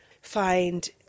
find